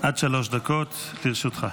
עד שלוש דקות לרשותך.